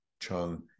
Chung